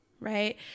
Right